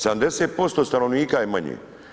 70% stanovnika je manje.